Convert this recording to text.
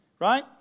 Right